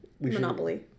Monopoly